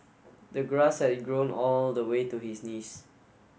the grass had grown all the way to his knees